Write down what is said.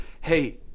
hey